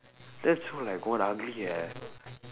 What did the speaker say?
that's so like god ugly eh